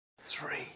Three